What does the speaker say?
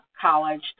College